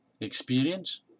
experience